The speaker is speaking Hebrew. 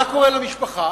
מה קורה למשפחה?